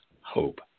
hope